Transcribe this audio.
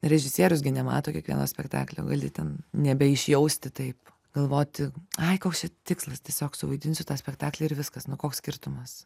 režisierius gi nemato kiekvieno spektaklio gali ten nebeišjausti taip galvoti ai koks čia tikslas tiesiog suvaidinsiu tą spektaklį ir viskas nu koks skirtumas